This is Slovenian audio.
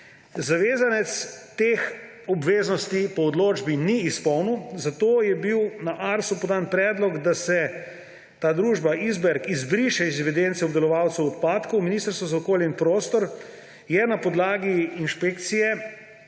Zavezanec teh obveznosti po odločbi ni izpolnil, zato je bil na ARSO podan predlog, da se ta družba Isberg izbriše iz evidence obdelovalcev odpadkov. Ministrstvo za okolje in prostor je na podlagi inšpekcije